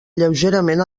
lleugerament